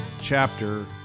chapter